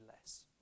less